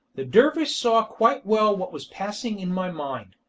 the dervish saw quite well what was passing in my mind,